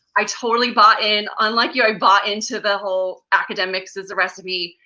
i totally bought in, unlike you, i bought into the whole academics is the recipe.